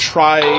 Try